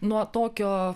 nuo tokio